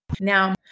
Now